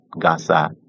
Gaza